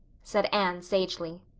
said anne sagely.